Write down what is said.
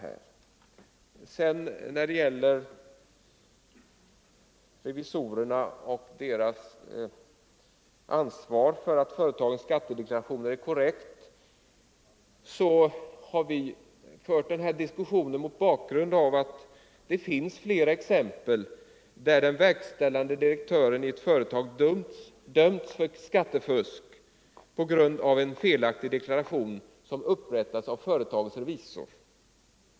Diskussionen om revisorernas ansvar för att företagens skattedeklarationer är korrekta har vi fört mot bakgrund av att det förekommit att verkställande direktören i ett företag dömts för skattefusk på grund av en felaktig deklaration som upprättats av företagets revisor.